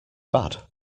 bad